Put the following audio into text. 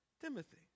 Timothy